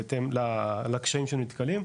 בהתאם לקשיים שנתקלים,